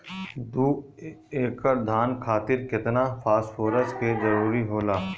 दु एकड़ धान खातिर केतना फास्फोरस के जरूरी होला?